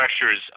pressures